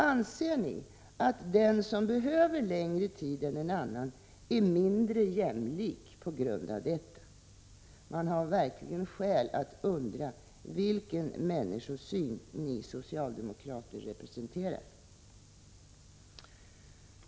Anser ni att den som behöver längre tid än en annan är mindre jämlik på grund av detta? Man har verkligen skäl att undra vilken människosyn ni socialdemokrater representerar.